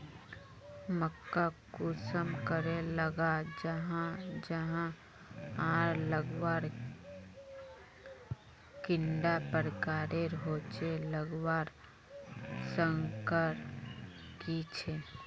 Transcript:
मक्का कुंसम करे लगा जाहा जाहा आर लगवार कैडा प्रकारेर होचे लगवार संगकर की झे?